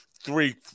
three